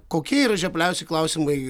kokie yra žiopliausi klausimai